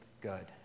good